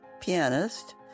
pianist